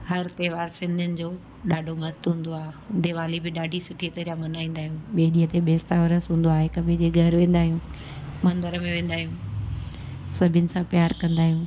हर त्योहारु सिंधियुनि जो ॾाढो मस्त हूंदो आहे दीवाली बि ॾाढी सुठी तरह मल्हाईंदा आहियूं ॿिए ॾींहं ते बेसावरस हूंदो आहे हिकु ॿिए जे घरु वेंदा आहियूं मंदिर में वेंदा आहियूं सभिनि सां प्यार कंदा आहियूं